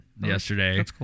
yesterday